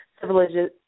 civilization